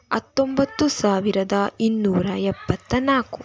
ಹತ್ತೊಂಬತ್ತು ಸಾವಿರದ ಇನ್ನೂರ ಎಪ್ಪತ್ತ ನಾಲ್ಕು